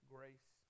Grace